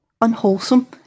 unwholesome